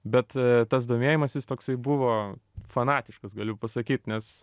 bet tas domėjimasis toksai buvo fanatiškas galiu pasakyt nes